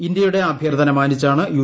ഇന്ത്യയുടെ അഭ്യർത്ഥന മാനിച്ചാണ് യു